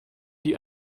die